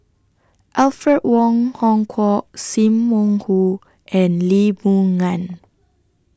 Alfred Wong Hong Kwok SIM Wong Hoo and Lee Boon Ngan